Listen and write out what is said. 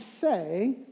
say